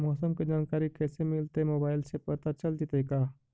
मौसम के जानकारी कैसे मिलतै मोबाईल से पता चल जितै का?